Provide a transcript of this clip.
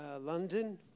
London